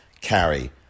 carry